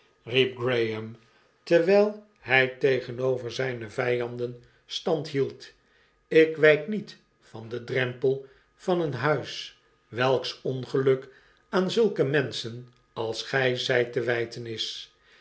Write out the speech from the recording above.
graham terwijl hij tegenover zyne vyanden stand hield ik wyk met van den drempel van een huis welks ongeluk aan zulke menschen als gy zyt te wyten is